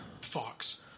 Fox